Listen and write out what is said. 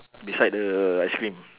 beside the ice cream